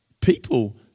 People